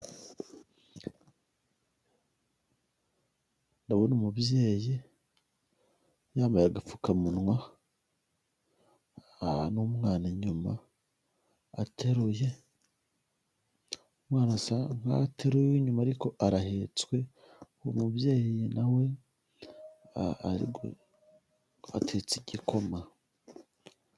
Ndabona umubyeyi yambaye agapfukamunwa n'umwana inyuma ateruye umwana asa nk'aho ateruye uwo inyuma ariko arahetswe uwo mubyeyi nawe atetse igikoma.